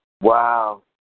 Wow